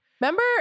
Remember